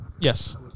Yes